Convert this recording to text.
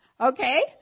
Okay